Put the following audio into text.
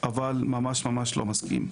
אבל ממש ממש לא מסכים.